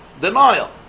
denial